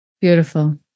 Beautiful